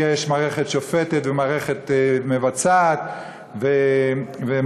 יש מערכת שופטת ומערכת מבצעת ומחוקקת.